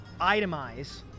itemize